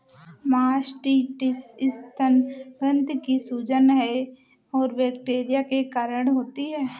mastitis स्तन ग्रंथि की सूजन है और बैक्टीरिया के कारण होती है